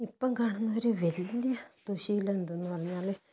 ഇപ്പം കാണുന്നൊരു വലിയ ദുശ്ശീലം എന്തെന്ന് പറഞ്ഞാല്